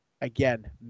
Again